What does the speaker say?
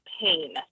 pain